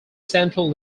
central